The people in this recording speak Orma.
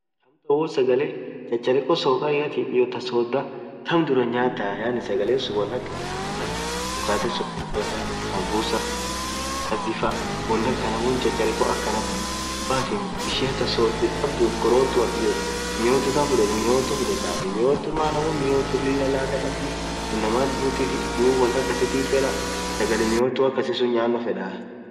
amtan woo sagale chacharekho sokariatif hiyo thaa sodhaa tham dhuraa nyathaa yaani sagale sunn won akha manifaa yenan mukhate sokariafaa sabusaafa viazifaa won akhan won chacharekho akhanathan woathin ishia thaa sodhaa hinkhabdhuf khurothuaf hiyo miyyothu tham fudhetha miyothuu fudhedha miyyothu maana won miyyothu Lilah ladha khabdhii inamathi vuthithi dhub won akhasithif fedhaa sagale miyothuu akasisun nyanow fedhaa